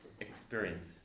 experience